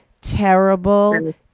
terrible